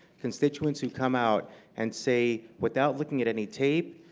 constituents who come out and say without looking at any tape,